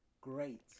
great